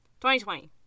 2020